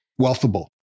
Wealthable